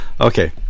okay